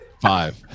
Five